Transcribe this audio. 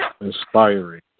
inspiring